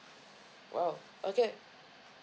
!wow! okay